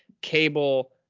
Cable